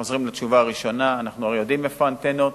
חוזרים לתשובה הראשונה: אנחנו הרי יודעים איפה האנטנות,